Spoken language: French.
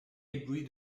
ébloui